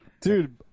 Dude